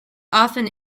often